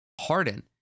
Harden